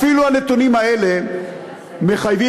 אפילו הנתונים האלה מחייבים,